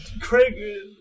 Craig